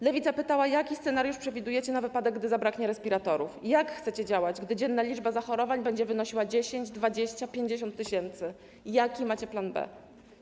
Lewica pytała, jaki scenariusz przewidujecie na wypadek, gdy zabraknie respiratorów, jak chcecie działać, gdy dzienna liczba zachorowań będzie wynosiła 10, 20, 50 tys. Jaki macie plan B?